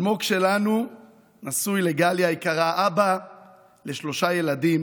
אלמוג שלנו נשוי לגלי היקרה ואבא לשלושה ילדים,